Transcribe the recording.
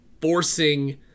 forcing